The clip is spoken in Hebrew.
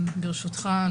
ברשותך,